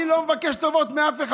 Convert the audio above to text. אני לא מבקש טובות מאף אחד.